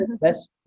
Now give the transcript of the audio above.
best